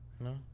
no